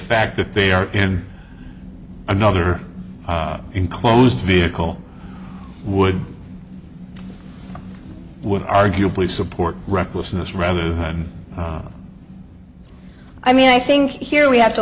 fact that they are in another enclosed vehicle would would arguably support recklessness rather than i mean i think here we have to